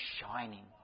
shining